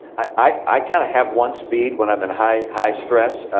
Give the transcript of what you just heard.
i kind of have one speed when i'm in high high stress.